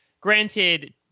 granted